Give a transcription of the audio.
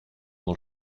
dans